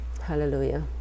hallelujah